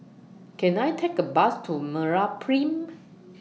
Can I Take A Bus to Meraprime